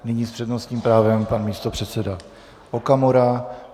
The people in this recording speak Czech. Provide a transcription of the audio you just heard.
Nyní s přednostním právem pan místopředseda Okamura.